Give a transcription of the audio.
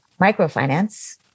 microfinance